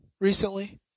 recently